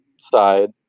side